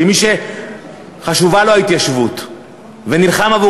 כמי שחשובה לו ההתיישבות ונלחם עבור